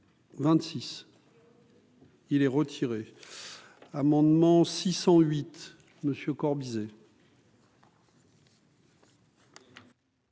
626. Il est retiré, amendement 608 monsieur Corbizet.